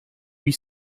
huit